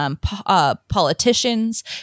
politicians